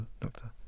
Doctor